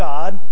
God